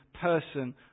person